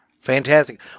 Fantastic